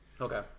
Okay